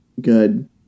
good